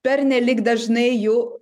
pernelyg dažnai jų